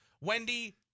Wendy